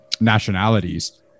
nationalities